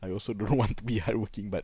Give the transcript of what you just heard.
I also don't want to be hardworking but